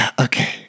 okay